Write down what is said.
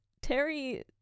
Terry